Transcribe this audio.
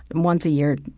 once a year,